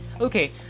okay